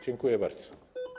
Dziękuję bardzo.